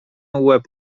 łeb